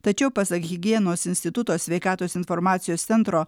tačiau pasak higienos instituto sveikatos informacijos centro